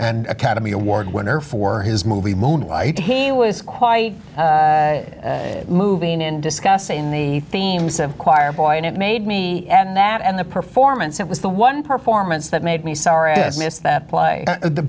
and academy award winner for his movie moonlight he was quite moving in discussing the themes of choirboy and it made me and that and the performance it was the one performance that made me sorry i missed that play the